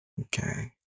Okay